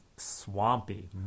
Swampy